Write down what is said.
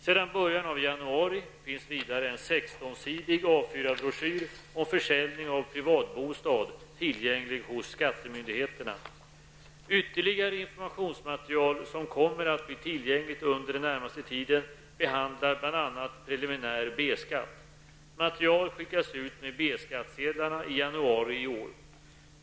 Sedan början av januari finns vidare en 16-sidig A4-broschyr om försäljning av privatbostad tillgänglig hos skattemyndigheterna. Ytterligare informationsmaterial som kommer att bli tillgängligt under den närmaste tiden behandlar bl.a. preliminär B-skatt. Material skickas ut med B skattsedlarna i januari i år.